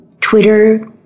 Twitter